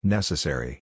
Necessary